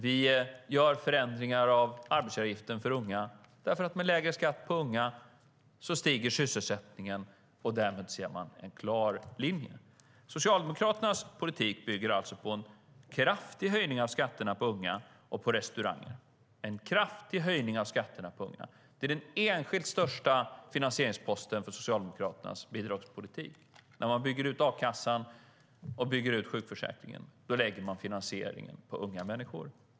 Vi gör förändringar av arbetsgivaravgiften för unga, för med lägre skatt på unga stiger sysselsättningen. Därmed ser man en klar linje. Socialdemokraternas politik bygger alltså på en kraftig höjning av skatterna på unga och på restauranger. En kraftig höjning av skatterna på unga är den enskilt största finansieringsposten för Socialdemokraternas bidragspolitik. När man bygger ut a-kassan och bygger ut sjukförsäkringen lägger man finansieringen på unga människor.